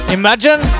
Imagine